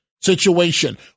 situation